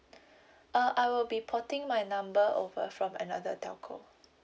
uh I will be porting my number over from another telco